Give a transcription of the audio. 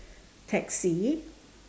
taxi